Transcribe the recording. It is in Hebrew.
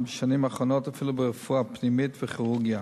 ובשנים האחרונות אפילו ברפואה פנימית וכירורגיה.